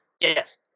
yes